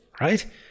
right